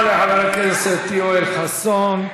תודה לחבר הכנסת יואל חסון.